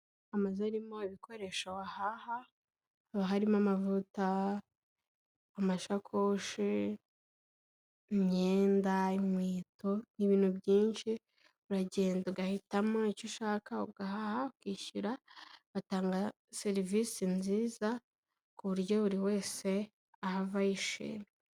Amazu arimo ibikoresho wahaha, haba harimo amavuta, amashakoshe, imyenda, inkweto, ni ibintu byinshi uragenda ugahitamo icyo ushaka, ugahaha, ukishyura, batanga serivisi nziza ku buryo buri wese ahava yishimye.